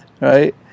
right